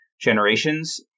generations